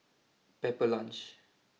Pepper Lunch